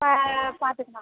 ஆ பார்த்துக்கலாம்